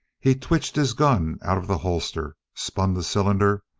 he twitched his gun out of the holster, spun the cylinder,